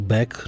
Back